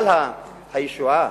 אבל הישועה,